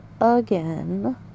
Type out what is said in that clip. again